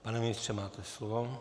Pane ministře, máte slovo.